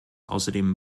außerdem